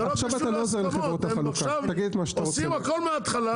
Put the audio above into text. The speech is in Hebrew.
אתם עכשיו עושים הכל מהתחלה,